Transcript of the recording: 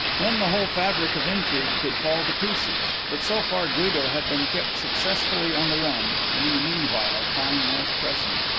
then the whole fabric of intrigue could fall to pieces, but so far guido had been kept successfully on the run and in the meanwhile time was pressing.